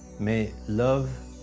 may love,